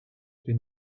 been